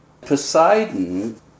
Poseidon